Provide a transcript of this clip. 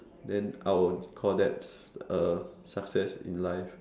then I'll call that uh success in life